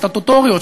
סטטוטוריות,